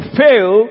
fail